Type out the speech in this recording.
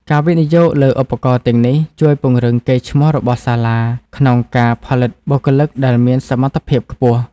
ការវិនិយោគលើឧបករណ៍ទាំងនេះជួយពង្រឹងកេរ្តិ៍ឈ្មោះរបស់សាលា ក្នុងការផលិតបុគ្គលិកដែលមានសមត្ថភាពខ្ពស់។